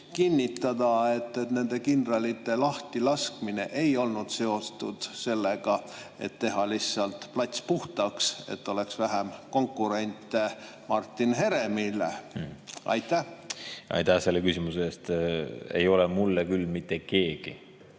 kinnitada, et nende kindralite lahtilaskmine ei olnud seotud sellega, et teha lihtsalt plats puhtaks, et oleks vähem konkurente Martin Heremil? Aitäh selle küsimuse eest! Ei ole mulle küll mitte keegi